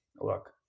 look